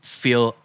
feel